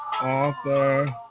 author